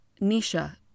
Nisha